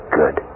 good